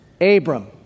Abram